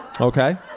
Okay